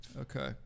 Okay